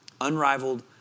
unrivaled